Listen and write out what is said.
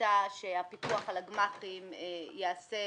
הייתה שהפיקוח על הגמ"חים ייעשה